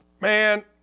Man